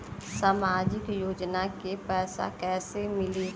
सामाजिक योजना के पैसा कइसे मिली?